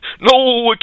No